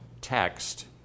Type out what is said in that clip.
text